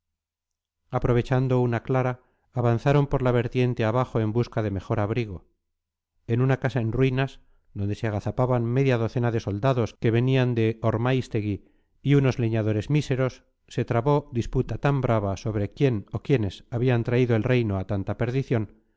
aprovechando una clara avanzaron por la vertiente abajo en busca de mejor abrigo en una casa en ruinas donde se agazapaban media docena de soldados que venían de ormáistegui y unos leñadores míseros se trabó disputa tan brava sobre quién o quiénes habían traído el reino a tanta perdición